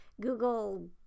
Google